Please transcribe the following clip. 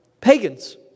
pagans